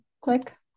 click